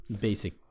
Basic